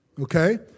Okay